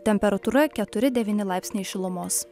temperatūra keturi devyni laipsniai šilumos